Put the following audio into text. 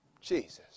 Jesus